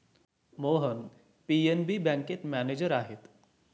Mohan PNB बँकेत manager आहेत